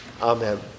Amen